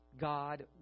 God